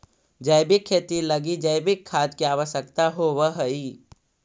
जैविक खेती लगी जैविक खाद के आवश्यकता होवऽ हइ